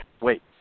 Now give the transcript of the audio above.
wait